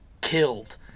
killed